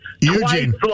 Eugene